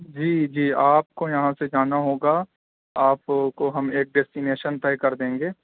جی جی آپ کو یہاں سے جانا ہوگا آپ کو ہم ایک ڈیسٹینیشن طے کر دیں گے